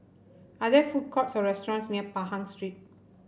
are there food courts or restaurants near Pahang Street